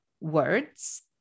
words